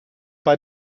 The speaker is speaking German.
bei